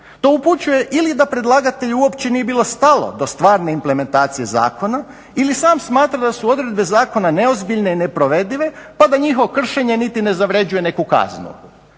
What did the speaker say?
To upućuje ili da predlagatelju uopće nije bilo stalo do stvarne implementacije zakona ili sam smatra da su odredbe zakona neozbiljne i neprovedive pa da njihovo kršenje niti ne zavređuje neku kaznu.